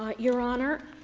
ah your honor,